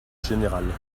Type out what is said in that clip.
générale